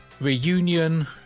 reunion